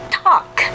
talk